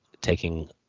taking